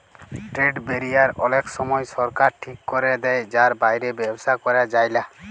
trade barrier অলেক সময় সরকার ঠিক ক্যরে দেয় যার বাইরে ব্যবসা ক্যরা যায়লা